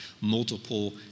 multiple